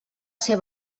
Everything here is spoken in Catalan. ser